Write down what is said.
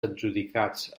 adjudicats